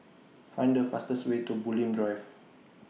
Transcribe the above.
Find The fastest Way to Bulim Drive